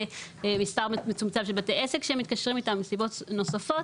מספר מצומצם של בתי עסק שהם מתקשרים איתם וסיבות נוספות.